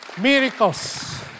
Miracles